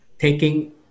taking